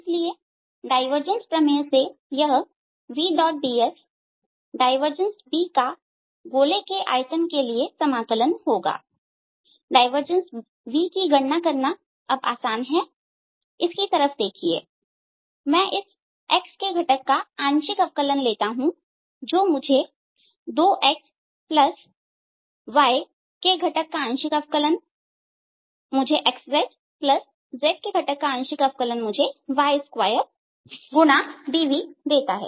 इसलिए डायवर्जेंस प्रमेय से यह Vds डायवर्जेंस Bका गोले के आयतन के लिए समाकलन होगा डायवर्जेंस V की गणना करना अब आसान है इसकी तरफ देखिए मैं इस x के घटक का आंशिक अवकलन लेता हूं जो मुझे 2x y के घटक का आंशिक अवकलन मुझे xz z के घटक का आंशिक अवकलन मुझे देता है y2 dV देता है